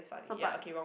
some parts